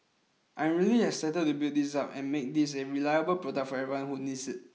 I'm really excited to build this up and make this a reliable product for everyone who needs it